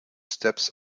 steps